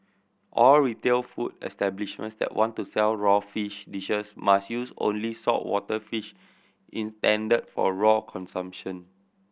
all retail food establishments that want to sell raw fish dishes must use only saltwater fish intended for raw consumption